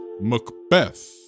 Macbeth